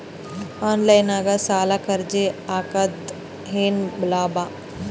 Online ನಾಗ್ ಸಾಲಕ್ ಅರ್ಜಿ ಹಾಕದ್ರ ಏನು ಲಾಭ?